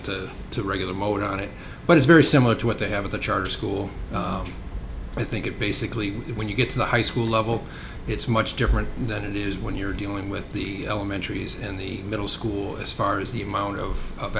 into to regular mode on it but it's very similar to what they have of a charter school i think it basically when you get to the high school level it's much different than it is when you're dealing with the elementary and the middle school as far as the amount of